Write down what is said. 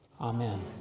Amen